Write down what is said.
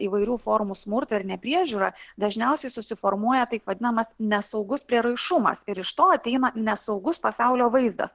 įvairių formų smurtą ir nepriežiūrą dažniausiai susiformuoja taip vadinamas nesaugus prieraišumas ir iš to ateina nesaugus pasaulio vaizdas